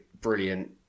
brilliant